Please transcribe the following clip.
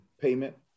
payment